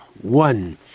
One